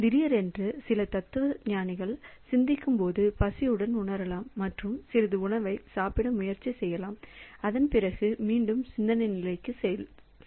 திடீரென்று சில தத்துவஞானிகள் சிந்திக்கும் போது பசியுடன் உணரலாம் மற்றும் சிறிது உணவை சாப்பிட முயற்சி செய்யலாம் அதன் பிறகு மீண்டும் சிந்தனை நிலைக்கு செல்கிறார்